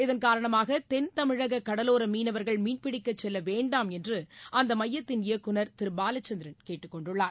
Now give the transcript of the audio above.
இதன்காரணமாக தென் தமிழக கடலோர மீனவர்கள் மீன்பிடிக்கச் செல்லவேண்டாம் என்று அந்த மையத்தின் இயக்குநர் திரு பாலச்சந்திரன் கேட்டுக்கொண்டுள்ளார்